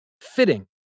Fitting